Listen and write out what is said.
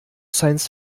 science